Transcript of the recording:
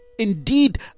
indeed